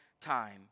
time